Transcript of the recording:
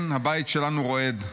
כן, הבית שלנו רועד.